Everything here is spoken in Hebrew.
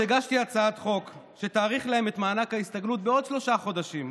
הגשתי הצעת חוק שתאריך להם את מענק ההסתגלות בעוד שלושה חודשים,